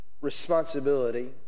responsibility